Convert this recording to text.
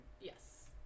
Yes